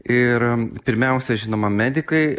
ir pirmiausia žinoma medikai